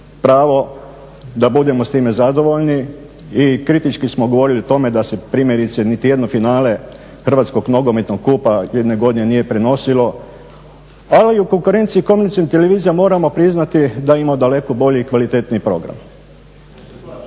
pravo da budemo s time zadovoljni i kritički smo govorili o tome da se primjerice niti jedno finale hrvatskog nogometnog kupa jedne godine nije prenosilo. Ali u konkurenciji komercijalnih televizija moramo priznati da imaju daleko bolji i kvalitetniji program.